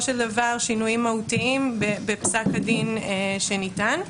של דבר שינויים מהותיים בפסק הדין שניתן.